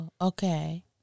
Okay